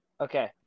Okay